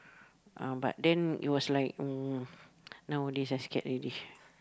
uh but then it was like um nowadays I scared already